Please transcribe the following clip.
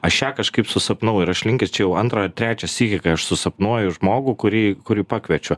aš ją kažkaip susapnavau ir aš linkęs čia jau antrą ar trečią sykį kai aš susapnuoju žmogų kurį kurį pakviečiu